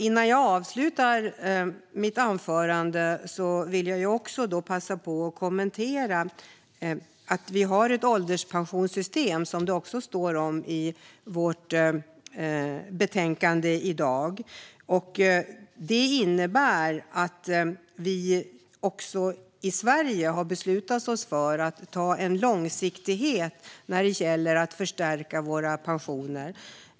Innan jag avslutar mitt anförande vill jag passa på att kommentera vårt ålderspensionssystem, som det också står om i betänkandet. Vi har i Sverige beslutat oss för att ha en långsiktighet när det gäller att förstärka våra pensioner.